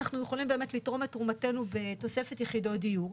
אנחנו יכולים באמת לתרום את תרומתנו בתוספת יחידות דיור.